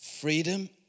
freedom